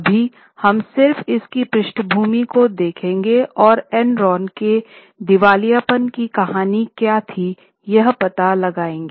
अभी हम सिर्फ इसकी पृष्ठभूमि को देखेंगे और एनरॉन के दिवालियापन की कहानी क्या थी यह पता लगाएंगे